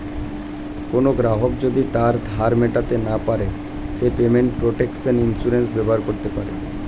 কোনো গ্রাহক যদি তার ধার মেটাতে না পারে সে পেমেন্ট প্রটেকশন ইন্সুরেন্স ব্যবহার করতে পারে